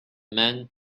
men